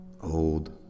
old